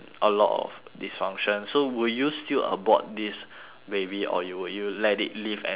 dysfunction so will you still abort this baby or you will you let it live and suffer